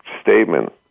statement